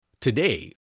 Today